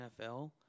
NFL